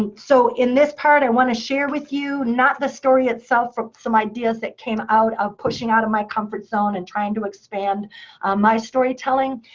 and so in this part i want to share with you, not the story itself, but some ideas that came out of pushing out of my comfort zone, and trying to expand my storytelling.